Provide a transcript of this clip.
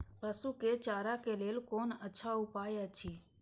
पशु के चारा के लेल कोन अच्छा उपाय अछि?